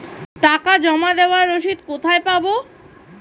টাকা জমা দেবার রসিদ কোথায় পাব?